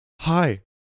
Hi